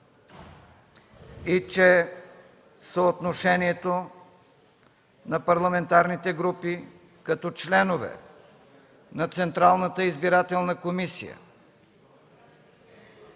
и че съотношението на парламентарните групи като членове на Централната избирателна комисия